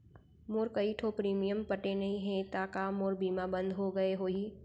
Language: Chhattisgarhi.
मोर कई ठो प्रीमियम पटे नई हे ता का मोर बीमा बंद हो गए होही?